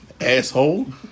asshole